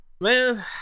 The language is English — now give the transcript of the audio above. man